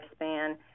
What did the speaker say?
lifespan